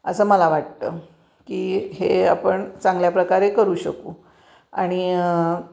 असं मला वाटतं की हे आपण चांगल्या प्रकारे करू शकू आणि